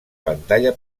pantalla